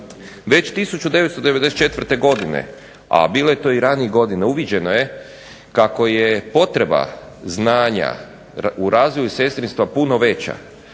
Već 1994. godine, a bilo je to i ranijih godina uviđeno je kako je potreba znanja u razvoju sestrinstva puno veća,